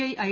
I I